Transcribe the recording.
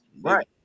Right